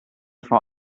vor